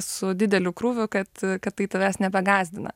su dideliu krūviu kad kad tai tavęs nebegąsdina